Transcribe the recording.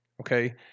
okay